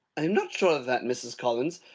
i am not sure of that, mrs. collins,